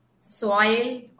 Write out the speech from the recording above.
Soil